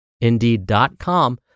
indeed.com